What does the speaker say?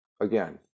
again